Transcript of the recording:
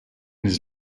his